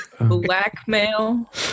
blackmail